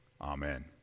Amen